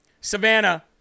Savannah